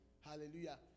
Hallelujah